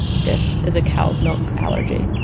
this is a cow's milk allergy